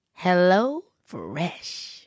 HelloFresh